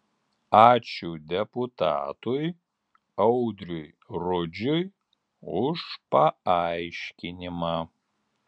ačiū deputatui audriui rudžiui už paaiškinimą